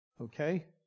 Okay